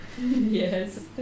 Yes